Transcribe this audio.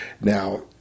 now